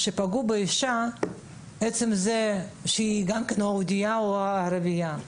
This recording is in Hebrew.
שפגעו באישה בגלל שהיא יהודייה או ערבייה.